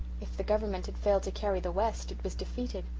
if the government had failed to carry the west, it was defeated.